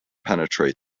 penetrate